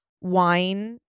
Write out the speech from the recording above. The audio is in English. wine